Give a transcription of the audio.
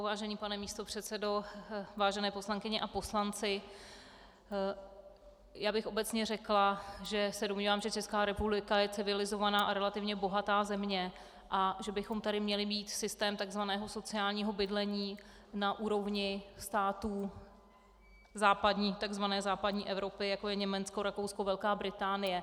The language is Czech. Vážený pane místopředsedo, vážené poslankyně a poslanci, já bych obecně řekla, že se domnívám, že Česká republika je civilizovaná a relativně bohatá země a že bychom tady měli mít systém tzv. sociálního bydlení na úrovni států tzv. západní Evropy, jako je Německo, Rakousko, Velká Británie.